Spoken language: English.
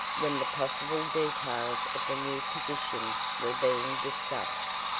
when the possible details of the new position were being discussed.